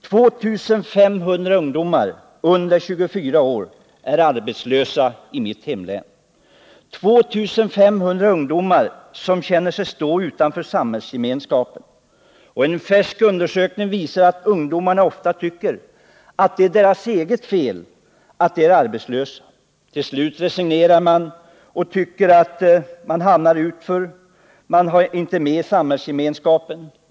2 500 ungdomar under 24 år är arbetslösa i mitt hemlän. 2 500 ungdomar som känner sig stå utanför samhällsgemenskapen. En färsk undersökning visar att ungdomarna ofta tycker att det är deras eget fel att de är arbetslösa. Ti!l slut resignerar man och tycker att man hamnar utanför. Man är inte med i samhällsgemenskapen.